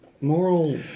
Moral